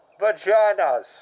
vaginas